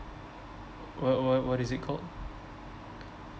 what what what is it called